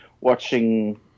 watching